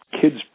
kids